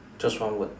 just one word